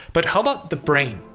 but how about the brain?